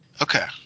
Okay